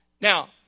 now